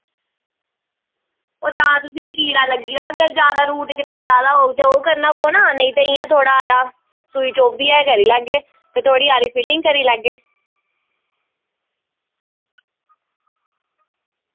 ओह तां तुसेंगी कीड़ा लग्गी जंदा ते जां ते रूट कनाल आह्ला होग ते ओह् करना पौना नेईं तां इंया थोह्ड़ा हारा सूई चोब्भियै करी लैगे ते थोह्ड़ी हारी फिलिंग करी लैगे